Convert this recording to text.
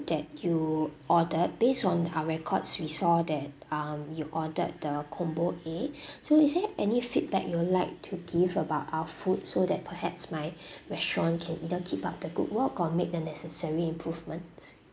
that you order based on our records we saw that um you ordered the combo A so is there any feedback you would like to give about our food so that perhaps my restaurant can either keep up the good work or make the necessary improvements